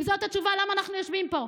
אם זאת התשובה, למה אנחנו יושבים פה?